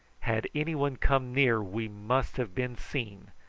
had anyone come near we must have been seen,